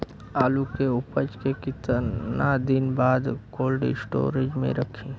आलू के उपज के कितना दिन बाद कोल्ड स्टोरेज मे रखी?